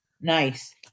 Nice